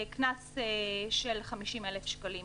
קנס של 50,000 ש"ח.